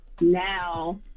now